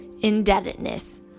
indebtedness